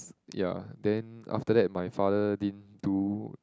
ya then after that my father didn't to